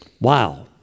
Wow